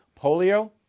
Polio